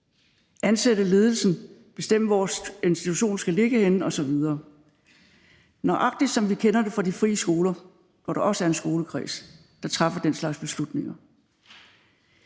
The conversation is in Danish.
ansætte ledelsen, bestemme, hvor institutionen skal ligge henne osv., nøjagtig som vi kender det fra de frie skoler, hvor der også er en skolekreds, der træffer den slags beslutninger.